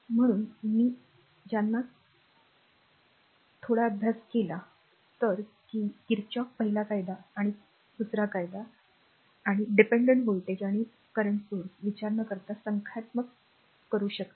म्हणून मी ज्यांचा थोडा अभ्यास केला आहे त्यासह Kirchhoff's पहिला कायदा आणि दुसरा कायदा आणि हे सर्व r dependent voltage आणि current source विचार न करता संख्यात्मक r करू शकतात